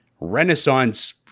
Renaissance